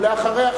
ואחריה,